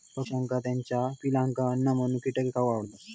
पक्ष्यांका त्याच्या पिलांका अन्न म्हणून कीटक खावक आवडतत